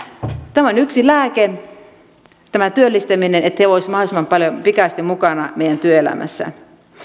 tämä työllistäminen on yksi lääke että he olisivat mahdollisimman paljon pikaisesti mukana meidän työelämässä